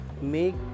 Make